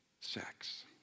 sex